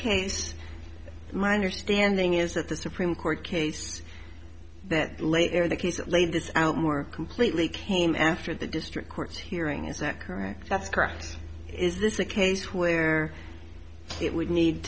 case my understanding is that the supreme court case that later the case that laid this out more completely came after the district court's hearing is that correct that's correct is this a case where it would need